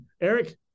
Eric